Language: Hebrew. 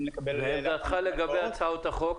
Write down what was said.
לקבל הלוואות --- מה עמדתך לגבי הצעות החוק